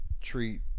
treat